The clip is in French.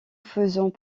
faisant